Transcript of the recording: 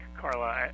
Carla